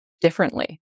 differently